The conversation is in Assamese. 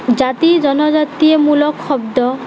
জাতি জনজাতিমূলক শব্দ